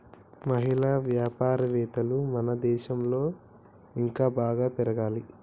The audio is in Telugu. మహిళా వ్యాపారవేత్తలు మన దేశంలో ఇంకా బాగా పెరగాలి